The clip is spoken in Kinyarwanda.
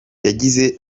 yagize